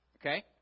okay